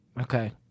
Okay